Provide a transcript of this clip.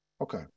Okay